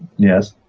yes.